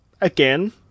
Again